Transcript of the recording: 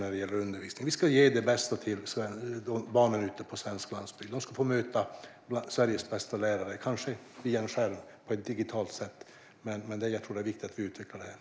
Vi ska ge det bästa till barnen på svensk landsbygd. De ska få möta Sveriges bästa lärare, kanske digitalt via en skärm, så det är viktigt att vi utvecklar detta.